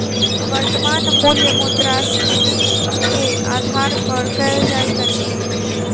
वर्त्तमान मूल्य मुद्रास्फीति के आधार पर कयल जाइत अछि